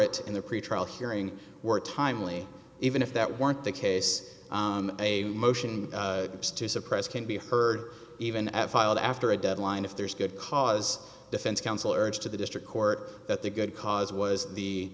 it in the pretrial hearing were timely even if that weren't the case a motion to suppress can be heard even at filed after a deadline if there is good cause defense counsel urged to the district court that the good cause was the